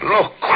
Look